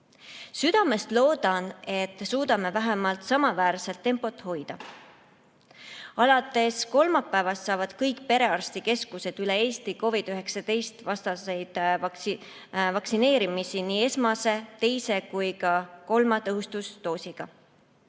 Südamest loodan, et suudame vähemalt samaväärset tempot hoida. Alates kolmapäevast saavad kõik perearstikeskused üle Eesti teha COVID‑19 vastaseid vaktsineerimisi nii esmase, teise kui ka kolmanda, tõhustusdoosiga.